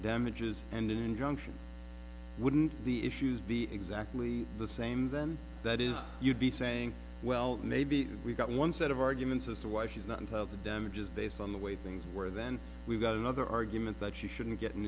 damages and an injunction wouldn't the issues be exactly the same then that is you'd be saying well maybe we've got one set of arguments as to why she's not entitled to damages based on the way things were then we've got another argument that she shouldn't get an